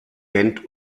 gent